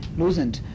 loosened